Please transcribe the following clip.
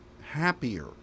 happier